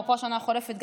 אפרופו השנה החולפת,